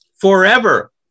Forever